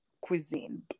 cuisine